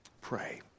Pray